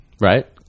Right